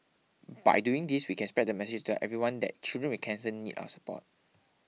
by doing this we can spread the message to tell everyone that children with cancer need our support